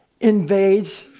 invades